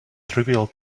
trivial